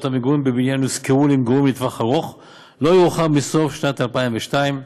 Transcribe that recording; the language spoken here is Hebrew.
המגורים בבניין יושכרו למגורים לטווח ארוך לא יאוחר מסוף שנת 2022,